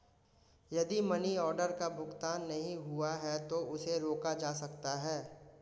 यदि money order का भुगतान नहीं हुआ है तो उसे रोका जा सकता है